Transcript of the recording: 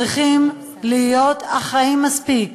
צריכים להיות אחראיים מספיק